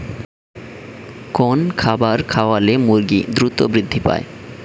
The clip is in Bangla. কোন খাবার খাওয়ালে মুরগি দ্রুত বৃদ্ধি পায়?